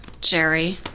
Jerry